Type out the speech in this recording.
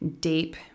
deep